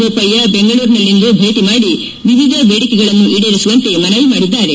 ಬೋಪಯ್ಯ ಬೆಂಗಳೂರಿನಲ್ಲಿಂದು ಭೇಟಿ ಮಾಡಿ ಎವಿಧ ಬೇಡಿಕೆಗಳನ್ನು ಈಡೇರಿಸುವಂತೆ ಮನವಿ ಮಾಡಿದ್ದಾರೆ